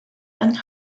and